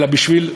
אלא בשביל,